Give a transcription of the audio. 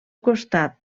costat